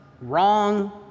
wrong